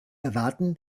erwarten